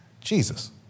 Jesus